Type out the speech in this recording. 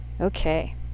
Okay